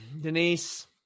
denise